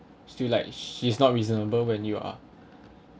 still like she's not reasonable when you are